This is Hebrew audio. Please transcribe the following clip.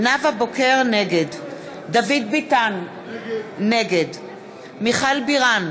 נגד דוד ביטן, נגד מיכל בירן,